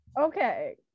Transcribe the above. Okay